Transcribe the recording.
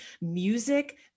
music